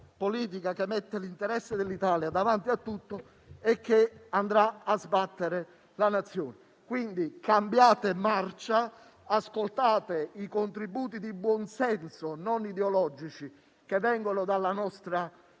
che mette l'interesse dell'Italia davanti a tutto, è che andrà a sbattere la Nazione. Quindi, cambiate marcia. Ascoltate i contributi di buon senso, non ideologici, che vengono dalla nostra parte